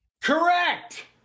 Correct